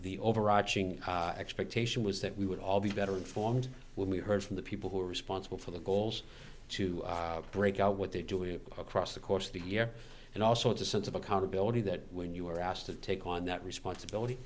the overarching expectation was that we would all be better informed when we heard from the people who are responsible for the goals to break out what they're doing across the course of the year and also it's a sense of accountability that when you were asked to take on that responsibility